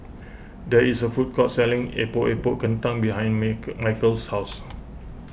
there is a food court selling Epok Epok Kentang behind Michial's house